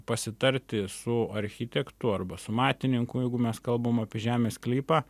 pasitarti su architektu arba su matininku jeigu mes kalbam apie žemės sklypą